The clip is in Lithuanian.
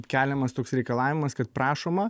keliamas toks reikalavimas kad prašoma